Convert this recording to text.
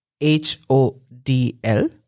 H-O-D-L